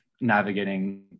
navigating